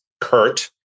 Kurt